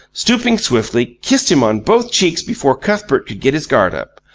stooping swiftly, kissed him on both cheeks before cuthbert could get his guard up.